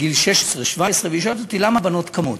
בגיל 16 17, והיא שואלת אותי: למה הבנות קמות?